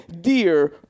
Dear